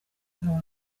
nkaba